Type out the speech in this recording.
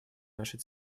нашей